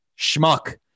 Schmuck